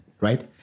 right